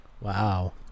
Wow